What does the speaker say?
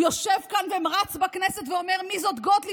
יושב כאן ורץ בכנסת ואומר: מי זאת גוטליב